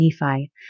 Nephi